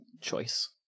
choice